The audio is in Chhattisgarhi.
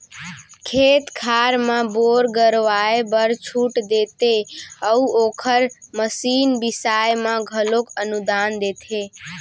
खेत खार म बोर करवाए बर छूट देते अउ ओखर मसीन बिसाए म घलोक अनुदान देथे